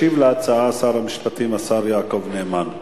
ישיב על ההצעה שר המשפטים, השר יעקב נאמן.